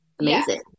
amazing